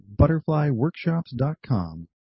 ButterflyWorkshops.com